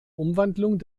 umwandlung